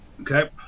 Okay